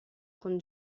con